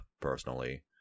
personally